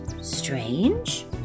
Strange